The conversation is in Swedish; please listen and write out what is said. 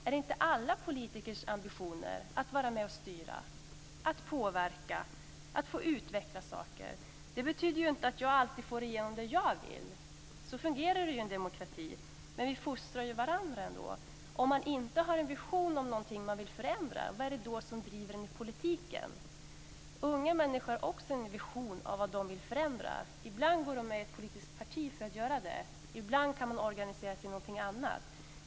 Är det inte alla politikers ambitioner att vara med och styra, att påverka, att få utveckla saker? Det betyder inte att jag alltid får igenom det jag vill. Så fungerar det i en demokrati. Men vi fostrar ju varandra ändå. Om man inte har en vision om någonting man vill förändra, vad är det då som driver en i politiken? Unga människor har också en vision av vad de vill förändra. Ibland går de med i ett politiskt parti för att göra det, ibland kan man organisera sig i någonting annat.